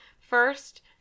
First